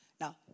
Now